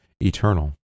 eternal